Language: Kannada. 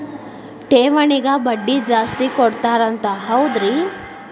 ಠೇವಣಿಗ ಬಡ್ಡಿ ಜಾಸ್ತಿ ಕೊಡ್ತಾರಂತ ಹೌದ್ರಿ?